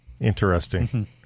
Interesting